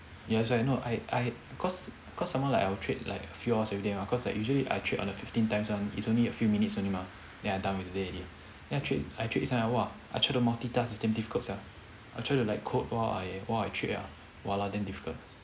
yes I know I I cause cause somemore like I'll trade like few hours everyday mah cause like usually I'll trade on the fifteen times [one] it's only a few minutes only mah then I done with the day already then I trade I trade I !wah! I try to multitask it's damn difficult sia I try to like code while I while I trade ah !walao! damn difficult